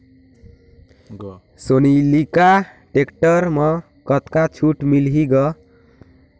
Sonalika tractor म कतका छूट मिलही ग?